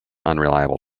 unreliable